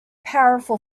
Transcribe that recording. powerful